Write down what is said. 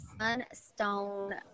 Sunstone